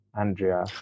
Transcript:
andrea